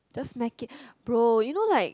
just smack it bro you know like